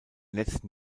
letzten